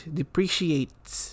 depreciates